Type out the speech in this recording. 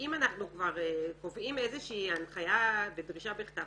שאם אנחנו כבר קובעים איזושהי הנחיה לדרישה בכתב,